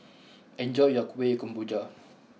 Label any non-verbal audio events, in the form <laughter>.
<noise> enjoy your Kueh Kemboja